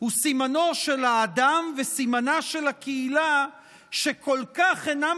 הוא סימנו של האדם וסימנה של הקהילה שכל כך אינם